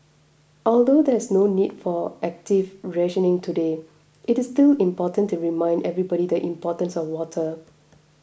although there is no need for active rationing today it is still important to remind everybody the importance of water